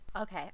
okay